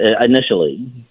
initially